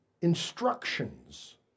instructions